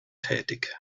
tätig